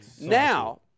Now